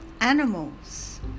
Animals